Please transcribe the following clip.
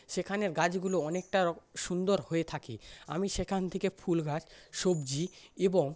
সেখানের গাছগুলো অনেকটা সুন্দর হয়ে থাকে আমি সেখান থেকে ফুল গাছ সবজি এবং